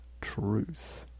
truth